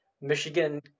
Michigan